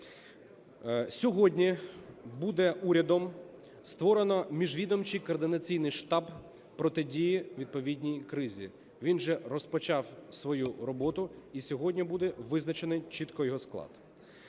Сьогодні буде урядом створено міжвідомчий координаційний штаб протидії відповідній кризі. Він вже розпочав свою роботу, і сьогодні буде визначений чітко його склад.